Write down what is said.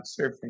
surfing